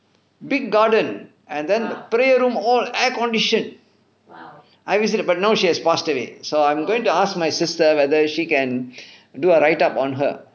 big garden and then the prayer room all air conditioned I visited but now she has passed away so I'm going to ask my sister whether she can do a write up on her